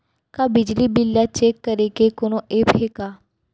का बिजली बिल ल चेक करे के कोनो ऐप्प हे का?